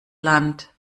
land